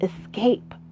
escape